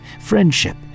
friendship